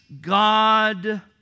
God